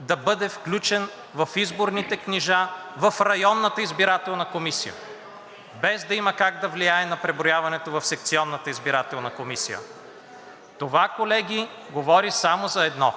да бъде включен в изборните книжа в районната избирателна комисия, без да има как да влияе на преброяването в секционната избирателна комисия. Това, колеги, говори само за едно